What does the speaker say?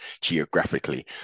geographically